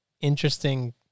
interesting